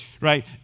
right